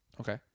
Okay